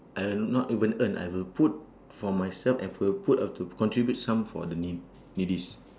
I will not even earn I will put for myself and for will put up to contribute some for the need needies